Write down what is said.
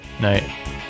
Night